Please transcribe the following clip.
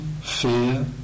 fear